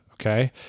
Okay